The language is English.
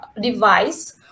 device